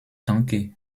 danke